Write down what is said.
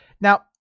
now